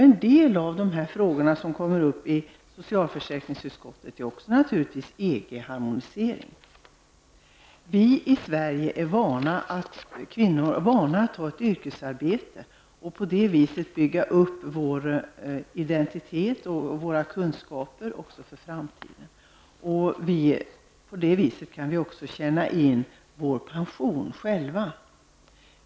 En del av de frågor som kommer upp i socialförsäkringsutskottet gäller naturligtvis I Sverige är vi kvinnor vana vid att ha ett yrkesarbete. Vi kan på det sättet bygga upp vår identitet och våra kunskaper för framtiden. På det viset kan vi också tjäna in vår pension själva.